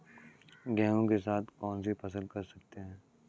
गेहूँ के साथ कौनसी फसल कर सकते हैं?